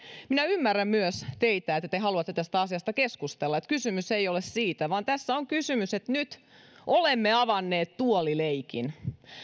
minä ymmärrän myös teitä että te haluatte tästä asiasta keskustella kysymys ei ole siitä vaan tässä on kysymys siitä että nyt olemme avanneet tuolileikin